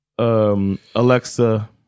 Alexa